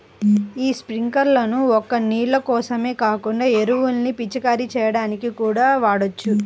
యీ స్పింకర్లను ఒక్క నీళ్ళ కోసమే కాకుండా ఎరువుల్ని పిచికారీ చెయ్యడానికి కూడా వాడొచ్చు